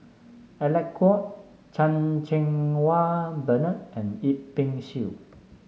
Alec Kuok Chan Cheng Wah Bernard and Yip Pin Xiu